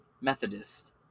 Methodist